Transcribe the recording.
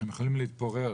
הם מתחילים להתפורר.